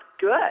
good